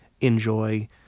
enjoy